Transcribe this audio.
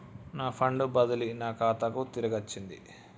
నా ఫండ్ బదిలీ నా ఖాతాకు తిరిగచ్చింది